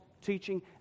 teaching